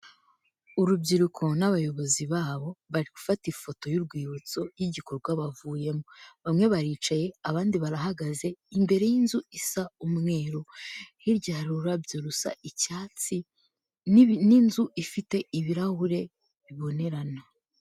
Urubyiruko n'abayobozi babo, bari gufata ifoto y'urwibutso y'igikorwa bavuyemo. Bamwe baricaye, abandi barahagaze, imbere y'inzu isa umweru. Hirya hari ururabyo rusa icyatsi n'inzu ifite ibirahure bibonerana.